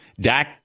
Dak